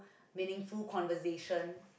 meaningful conversation